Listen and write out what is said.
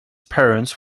parents